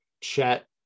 Chet